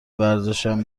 ورزشم